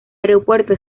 aeropuerto